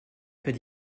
fait